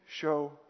show